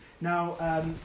now